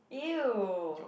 [eww]